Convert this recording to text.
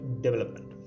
development